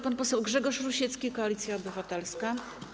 Pan poseł Grzegorz Rusiecki, Koalicja Obywatelska.